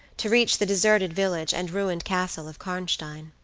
to reach the deserted village and ruined castle of karnstein.